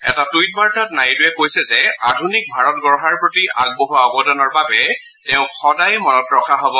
এটা টুইট বাৰ্তাত নাইডুৰে কৈছে যে আধুনিক ভাৰত গঢ়াৰ প্ৰতি আগবঢ়োৱা অৱদানৰ বাবে তেওঁক সদায়ে মনত ৰখা হ'ব